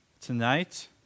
Tonight